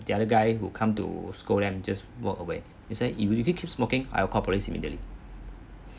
the other guy who come to scold them just walked away isn't if you still keep smoking I will call police immediately